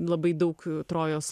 labai daug trojos